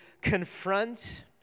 confront